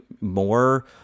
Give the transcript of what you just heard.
more